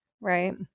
Right